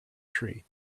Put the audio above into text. tree